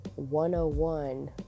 101